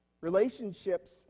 Relationships